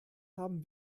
haben